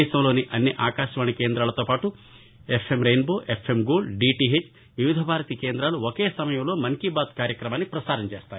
దేశంలోని అన్ని ఆకాశవాణి కేందాలతోపాటు FM rainbow FM gold DTH Vividh Bharati కేంద్రాలు ఒకే సమయంలో మన్ కీ బాత్ కార్యక్రమాన్ని ప్రసారం చేస్తాయి